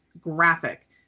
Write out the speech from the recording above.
graphic